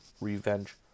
revenge